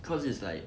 cause it's like